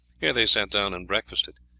here they sat down and breakfasted,